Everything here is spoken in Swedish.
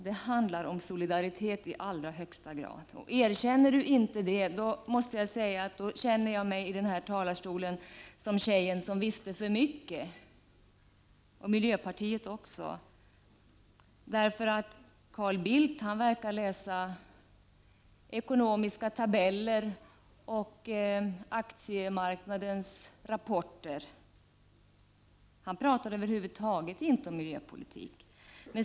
Det handlar i allra högsta grad om solidaritet. Erkänner inte statsministern det måste jag säga att jag i den här talarstolen och miljöpartiet känner oss som tjejen som visste för mycket. Carl Bildt verkar läsa ekonomiska tabeller och aktiemarknadens rapporter. Han talar över huvud taget inte om miljöpolitik.